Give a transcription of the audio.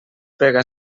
pega